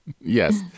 yes